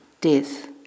death